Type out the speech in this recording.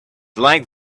like